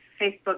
Facebook